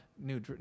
new